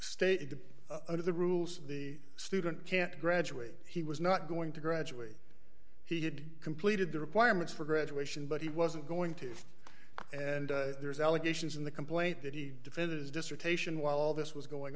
under the rules the student can't graduate he was not going to graduate he had completed the requirements for graduation but he wasn't going to and there's allegations in the complaint that he defended his dissertation while all this was going